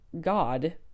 God